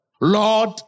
Lord